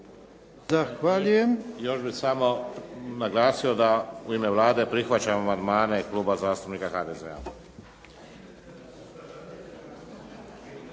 Antun** Još bih samo naglasio da u ime Vlade prihvaćamo amandmane Kluba zastupnika HDZ-a.